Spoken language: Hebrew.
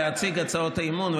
להציג הצעות אי-אמון,